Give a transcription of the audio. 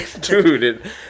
Dude